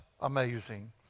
amazing